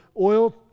oil